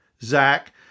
Zach